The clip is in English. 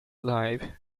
life